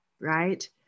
right